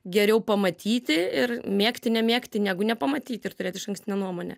geriau pamatyti ir mėgti nemėgti negu nepamatyti ir turėti išankstinę nuomonę